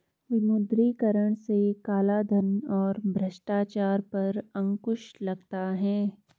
विमुद्रीकरण से कालाधन और भ्रष्टाचार पर अंकुश लगता हैं